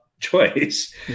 choice